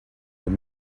were